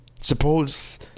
Suppose